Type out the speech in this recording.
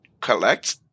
collect